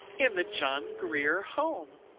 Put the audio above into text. in the john grier home!